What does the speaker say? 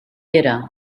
era